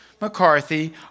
McCarthy